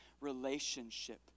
relationship